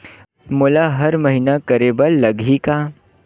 मोला हर महीना करे बर लगही का?